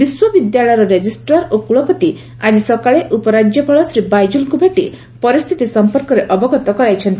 ବିଶ୍ୱବିଦ୍ୟାଳୟର ରେଜିଷ୍ଟ୍ରାର୍ ଓ କୁଳପତି ଆଜି ସକାଳେ ଉପରାଜ୍ୟପାଳ ଶ୍ରୀ ବାଇଜଲ୍ଙ୍କୁ ଭେଟି ପରିସ୍ଥିତି ସମ୍ପର୍କରେ ଅବଗତ କରାଇଛନ୍ତି